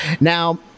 Now